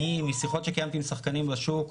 משיחות שקיימתי עם שחקנים בשוק,